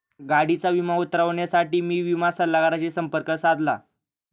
गाडीचा विमा उतरवण्यासाठी मी विमा सल्लागाराशी संपर्क साधला